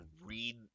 read